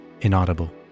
Inaudible